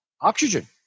oxygen